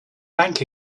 bank